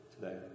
today